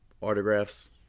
autographs